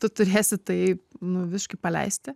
tu turėsi tai nu visiškai paleisti